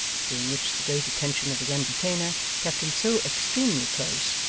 during which the great attention of his entertainer kept him so extremely close,